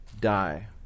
die